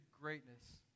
greatness